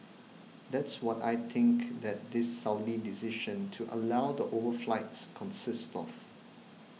that's what I think that this Saudi decision to allow the overflights consists of